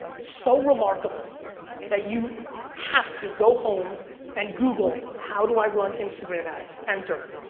so remarkable that you have to go home and google how do i run instagram ads, enter.